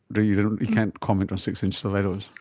but you can't comment on six-inch stilettos?